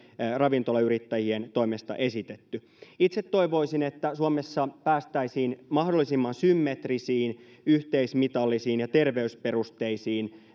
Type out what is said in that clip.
ravintolayrittäjien toimesta esitetty itse toivoisin että suomessa päästäisiin mahdollisimman symmetrisiin yhteismitallisiin ja terveysperusteisiin